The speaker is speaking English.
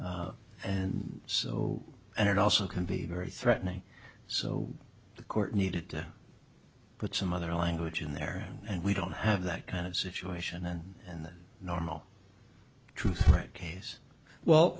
and so and it also can be very threatening so the court needed to put some other language in there and we don't have that kind of situation and in the normal truth right case well